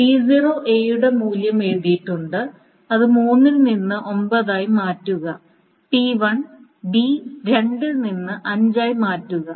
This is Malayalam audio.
T0 A യുടെ മൂല്യം എഴുതിയിട്ടുണ്ട് അത് 3 ൽ നിന്ന് 9 ആയി മാറ്റുക T1 B 2 ൽ നിന്ന് 5 ആയി മാറ്റുക